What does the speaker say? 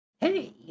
hey